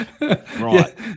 right